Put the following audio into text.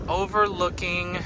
overlooking